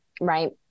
right